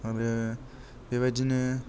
आरो बेबादिनो